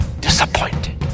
disappointed